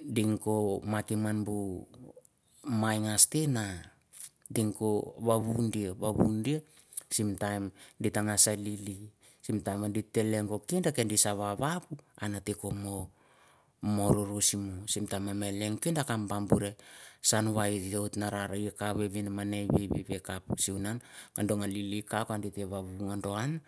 Deng cho markine gan buh maigasteh nah dang cho wavundih yah, wavindih ya, simtime gateh gash lili. Sim time gateh leng goh cen heta dissawohwah wau, anah teh keh moh, moh roushy ih moh. Simtime meng leh kindeh akaph bamburreh sehwunanh, adeh mi lili kaph giteh wahwunahn.